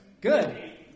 Good